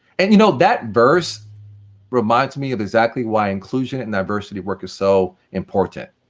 and, you know, that verse reminds me of exactly why inclusion and diversity work is so important.